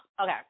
Okay